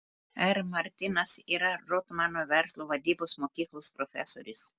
r martinas yra rotmano verslo vadybos mokyklos profesorius